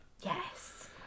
Yes